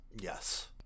Yes